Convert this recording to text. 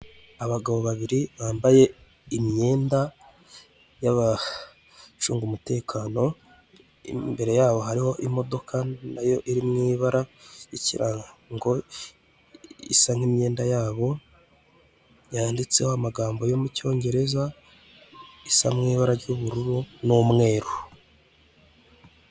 Abagabo babiri bambaye imyenda y'abacunga umutekano. Imbere yaho hariho imodoka nayo iri mw'ibara y'ikirango, isa nk'imyenda yabo. Yanditseho amagambo yo mu cyongereza isa mw'ibara ry'ubururu n'umweru.